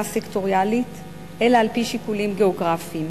סקטוריאלית אלא על-פי שיקולים גיאוגרפיים,